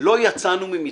לא יצאנו ממצרים.